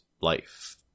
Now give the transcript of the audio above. life